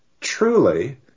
truly